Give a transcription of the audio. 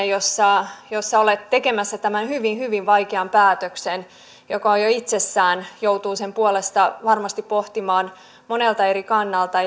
jos tosiaankin tilanteessa jossa olet tekemässä tämän hyvin hyvin vaikean päätöksen jota jo itsessään joutuu sen puolesta varmasti pohtimaan monelta eri kannalta